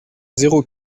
zéro